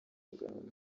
magambo